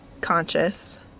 conscious